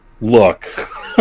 look